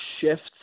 shifts